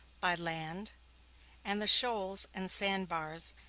by land and the shoals, and sand-bars,